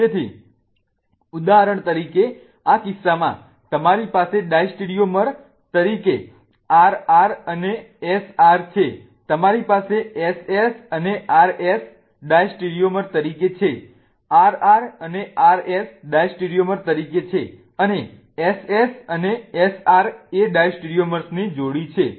તેથી ઉદાહરણ તરીકે આ કિસ્સામાં તમારી પાસે ડાયસ્ટેરિયોમર diastereomers તરીકે RR અને SR છે તમારી પાસે SS અને RS ડાયસ્ટેરિયોમર તરીકે છે RR અને RS ડાયસ્ટેરિયોમર તરીકે છે અને SS અને SR એ ડાયસ્ટેરિયોમર્સની જોડી છે